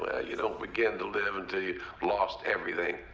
ah you don't begin to live until you've lost everything.